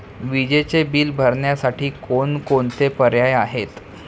विजेचे बिल भरण्यासाठी कोणकोणते पर्याय आहेत?